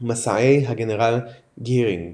מסעי הגנרל גיהרינג,